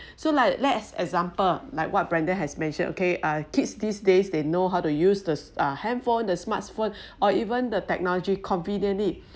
so like let's example like what brendon has mentioned okay ah kids these days they know how to use this uh handphone the smartphone or even the technology conveniently